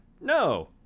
no